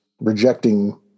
rejecting